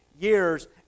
years